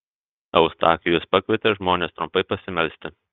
eustachijus pakvietė žmones trumpai pasimelsti